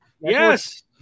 Yes